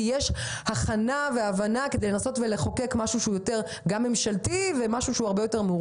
כי אמרתם שיש הכנה והבנה בניסיון לחוקק משהו שהוא יותר ממשלתי ומאורגן.